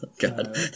God